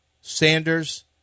Sanders